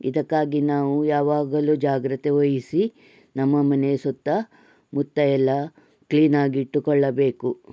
ಇದಕ್ಕಾಗಿ ನಾವು ಯಾವಾಗಲೂ ಜಾಗೃತೆ ವಹಿಸಿ ನಮ್ಮ ಮನೆಯ ಸುತ್ತ ಮುತ್ತ ಎಲ್ಲ ಕ್ಲೀನಾಗಿಟ್ಟುಕೊಳ್ಳಬೇಕು